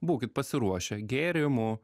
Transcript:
būkit pasiruošę gėrimų